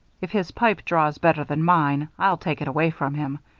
if his pipe draws better than mine i'll take it away from him.